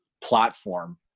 platform